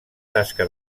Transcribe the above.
tasca